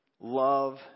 love